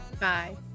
Bye